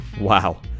Wow